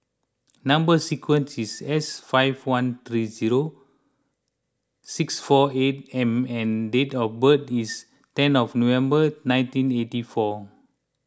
Number Sequence is S five one three zero six four eight M and date of birth is ten of November nineteen eighty four